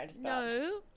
no